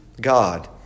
God